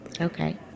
Okay